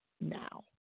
now